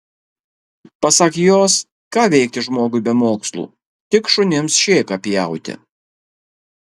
pasak jos ką veikti žmogui be mokslų tik šunims šėką pjauti